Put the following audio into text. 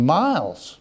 miles